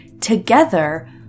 together